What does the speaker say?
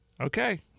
Okay